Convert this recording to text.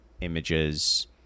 images